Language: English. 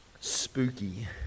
Spooky